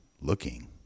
looking